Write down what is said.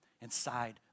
inside